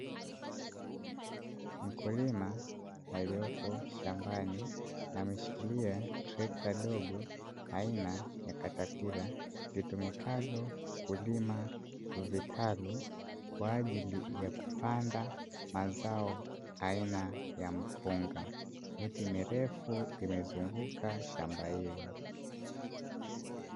Mkulima aliyepo shambani ameshikilia trekta dogo aina ya katapila, litumikavyo kulima vitalu kwa ajili ya kupanda mazo aina ya mpunga, miti mirefu imezunguka shamba hilo.